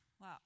Wow